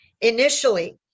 initially